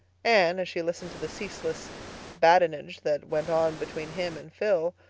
anne, as she listened to the ceaseless badinage that went on between him and phil,